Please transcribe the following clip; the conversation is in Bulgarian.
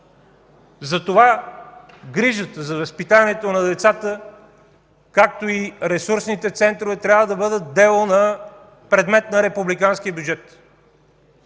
Затова грижата за възпитанието на децата, както и ресурсните центрове, трябва да бъдат предмет на републиканския бюджет.